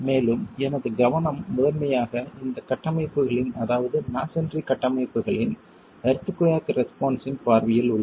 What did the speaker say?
மேலும் எனது கவனம் முதன்மையாக இந்த கட்டமைப்புகளின் அதாவது மஸோன்றி கட்டமைப்புகளின் எர்த்குயாக் ரெஸ்பான்ஸ் இன் பார்வையில் உள்ளது